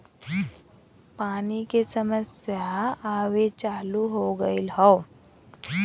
पानी के समस्या आवे चालू हो गयल हौ